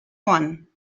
one